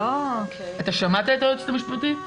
שמעת את היועצת המשפטית?